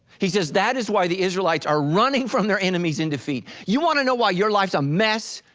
he says, that is why the israelites are running from their enemies in defeat. you wanna know why your life's a mess,